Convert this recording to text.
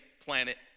planet